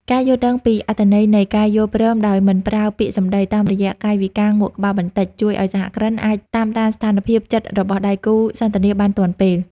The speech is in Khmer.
ការយល់ដឹងពីអត្ថន័យនៃ "ការយល់ព្រមដោយមិនប្រើពាក្យសំដី" តាមរយៈកាយវិការងក់ក្បាលបន្តិច ជួយឱ្យសហគ្រិនអាចតាមដានស្ថានភាពចិត្តរបស់ដៃគូសន្ទនាបានទាន់ពេល។